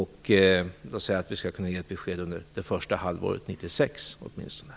Låt oss säga att vi skall kunna ge ett besked åtminstone under det första halvåret 1996.